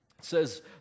says